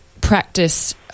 practice